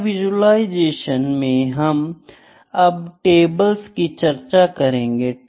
data visualisation में अब हम टेबल्स की चर्चा करेंगे